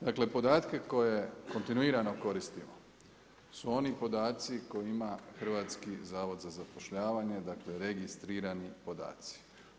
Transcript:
Dakle, podatke koje kontinuirano koristimo, su oni oni podaci koji ima Hrvatski zavod za zapošljavanje, dakle registrirani podaci.